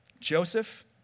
Joseph